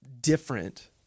different